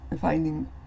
finding